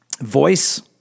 Voice